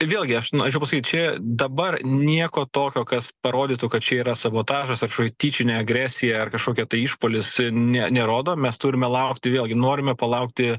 vėlgi aš noėčiau pasakyt čia dabar nieko tokio kas parodytų kad čia yra sabotažas ar šoia tyčinė agresija ar kažkokia tai išpuolis ne nerodo mes turime laukti vėlgi norime palaukti